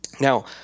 Now